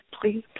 please